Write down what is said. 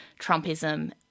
Trumpism